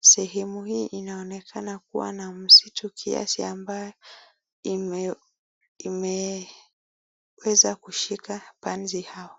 sehemu hii inaonekana kuwa na msitu kiasi ambaye imeweza kushika panzi hawa.